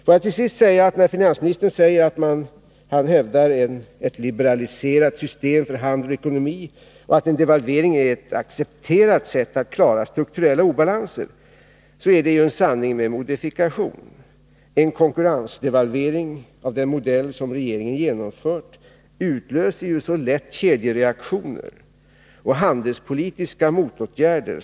Får jag till sist säga att när finansministern säger att han hävdar ett liberaliserat system för handel och ekonomi och att en devalvering är ett accepterat sätt att klara strukturella obalanser, är det en sanning med modifikation. En konkurrensdevalvering av den modell som regeringen genomfört utlöser ju så lätt kedjereaktioner och handelspolitiska motåtgärder.